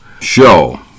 show